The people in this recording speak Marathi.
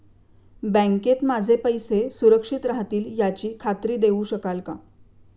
बँकेत माझे पैसे सुरक्षित राहतील याची खात्री देऊ शकाल का?